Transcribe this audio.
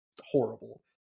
horrible